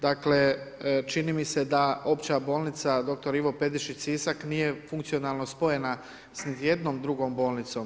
Dakle čini mi se da opća bolnica Dr. Ivo Pedišić Sisak nije funkcionalno spojena sa niti jednom drugom bolnicom.